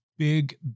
big